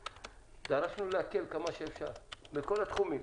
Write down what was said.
ודרשנו להקל כמה שאפשר בכל התחומים.